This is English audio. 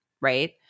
right